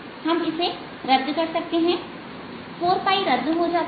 हम इसे रद्द कर देते हैं4 रद्द हो जाता है